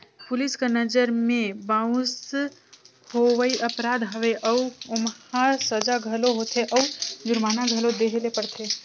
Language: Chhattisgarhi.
पुलिस कर नंजर में बाउंस होवई अपराध हवे अउ ओम्हां सजा घलो होथे अउ जुरमाना घलो देहे ले परथे